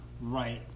right